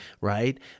right